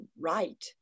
right